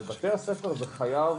בבתי הספר זה חייב